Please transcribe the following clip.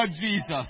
Jesus